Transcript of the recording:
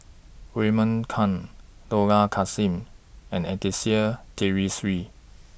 Raymond Kang Dollah Kassim and Anastasia Tjendri Liew